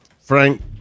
Frank